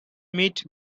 met